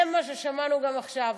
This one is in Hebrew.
זה מה ששמענו גם עכשיו.